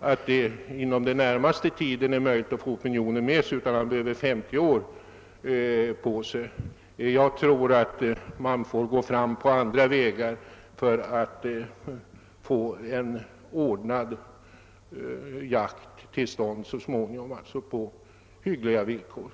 ati det inom den närmaste tiden är möjligt att få opinionen med sig. Han behöver 50 år på sig. Jag tror att man får gå fram på andra vägar för att få en ordnad jakt till stånd så småningom på hyggliga villkor.